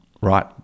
Right